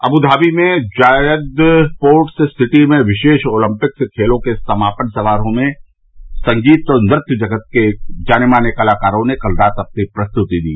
Abu Dhabi में Zayed sports city में विशेष ओलम्पिक्स खेलों के समापन समारोह में संगीत और नृत्य जगत के जाने माने कलाकारों ने कल रात अपनी प्रस्तुति दी